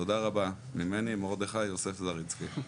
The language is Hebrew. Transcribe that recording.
תודה רבה, ממני מרדכי יוסף זריצקי.